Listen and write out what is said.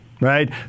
Right